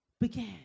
began